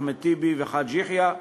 אחמד טיבי וחאג' יחיא.